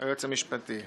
זה מאושר באופן אוטומטי.